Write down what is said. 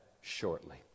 shortly